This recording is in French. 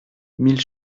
mille